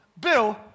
Bill